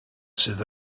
sydd